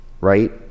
right